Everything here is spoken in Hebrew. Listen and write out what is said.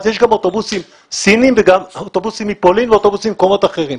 אז יש גם אוטובוסים סינים וגם מפולין וממקומות אחרים.